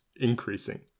increasing